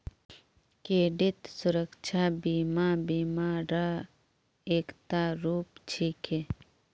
credit सुरक्षा बीमा बीमा र एकता रूप छिके